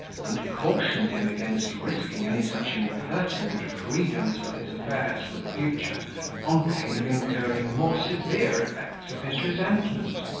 and cautioned him against rising any such impertinent freedoms with his affairs for the future on pain of incurring more severe effects of his resentment.